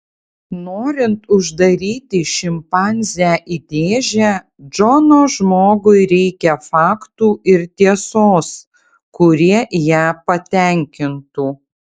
norint uždaryti šimpanzę į dėžę džono žmogui reikia faktų ir tiesos kurie ją patenkintų